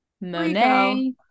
Monet